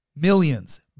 Millions